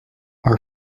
our